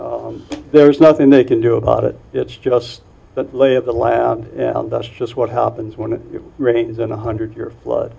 much there's nothing they can do about it it's just the lay of the land and that's just what happens when it rains in a hundred year flood